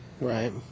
Right